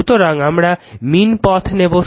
সুতরাং আমরা mean path নেবো